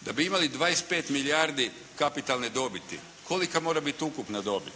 Da bi imali 25 milijardi kapitalne dobiti, kolika mora biti ukupna dobit?